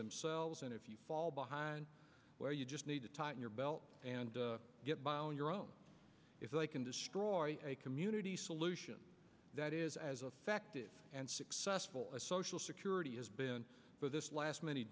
themselves and if you fall behind where you just need to tighten your belt and get by on your own if they can destroy a community solution that is as effective and successful as social security has been for this last many